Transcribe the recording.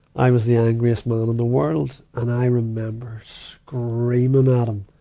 i was the angriest man in the world. and i remember screaming at him,